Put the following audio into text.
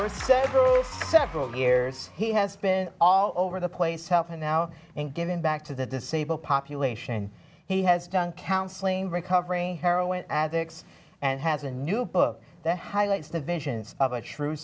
first several years he has been all over the place helping now and giving back to the disabled population and he has done counseling recovering heroin addicts and has a new book that highlights the visions of a true